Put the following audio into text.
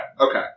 okay